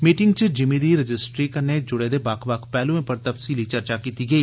meeting च जिमीं दी रजीस्ट्री कन्नै जुड़े दे बक्ख बक्ख पैह्लुएं पर तफसीली चर्चा कीती गेई